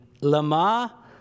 lama